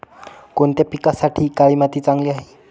कोणत्या पिकासाठी काळी माती चांगली आहे?